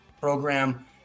program